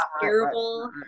terrible